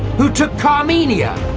who took carmenia,